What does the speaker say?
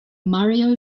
mario